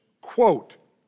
quote